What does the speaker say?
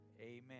amen